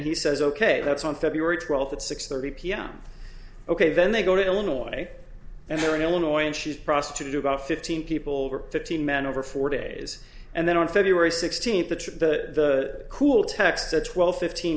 he says ok that's on february twelfth at six thirty pm ok then they go to illinois way and here in illinois and she's processed to do about fifteen people over fifteen men over four days and then on february sixteenth the cool texts at twelve fifteen